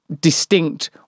distinct